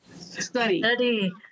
Study